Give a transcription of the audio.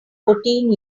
fourteen